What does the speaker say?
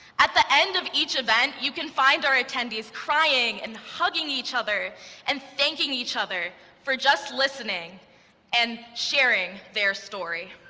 at the end of each event, you can find our attendees crying and hugging each other and thanking each other for just listening and sharing their story.